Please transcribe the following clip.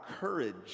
courage